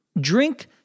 drink